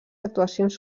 actuacions